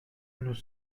nous